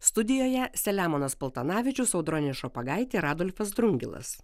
studijoje selemonas paltanavičius audronė šopagaitė ir adolfas drungilas